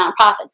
nonprofits